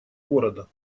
города